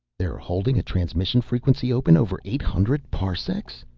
they're holding a transmission frequency open over eight hundred parsecs?